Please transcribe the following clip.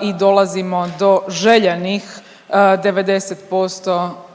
i dolazimo do željenih 90%,